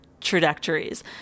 trajectories